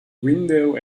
window